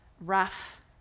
rough